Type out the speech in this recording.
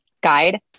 guide